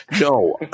no